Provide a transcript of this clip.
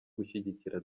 gushyigikira